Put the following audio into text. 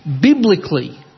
Biblically